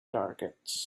targets